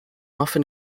often